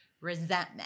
resentment